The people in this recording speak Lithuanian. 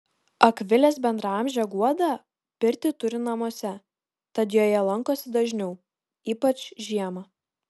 akvilės bendraamžė guoda pirtį turi namuose tad joje lankosi dažniau ypač žiemą